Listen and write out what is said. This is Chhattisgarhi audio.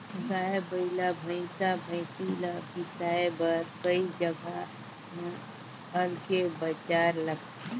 गाय, बइला, भइसा, भइसी ल बिसाए बर कइ जघा म अलगे बजार लगथे